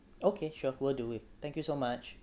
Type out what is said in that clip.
okay sure will do it thank you so much